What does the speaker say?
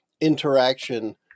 interaction